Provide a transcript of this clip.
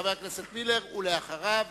חבר הכנסת מילר, בבקשה.